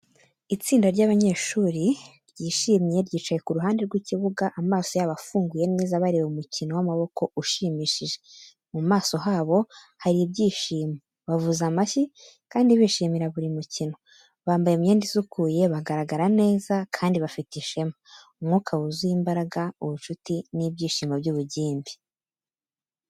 Itsinda ry'abanyeshuri ryishimye ryicaye ku ruhande rw’ikibuga, amaso yabo afunguye neza bareba umukino w'amaboko ushimishije. Mu maso habo hari ibyishimo, bavuza amashyi kandi bishimira buri mukino. Bambaye imyenda isukuye, bagaragara neza kandi bafite ishema. Umwuka wuzuye imbaraga, ubucuti n’ibyishimo by’ubugimbi.